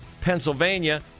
Pennsylvania